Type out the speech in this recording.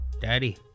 Daddy